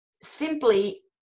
simply